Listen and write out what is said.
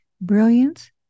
brilliance